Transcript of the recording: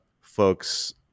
folks